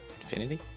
Infinity